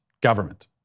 government